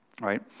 right